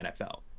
NFL